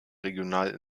regional